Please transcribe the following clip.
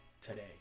today